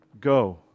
go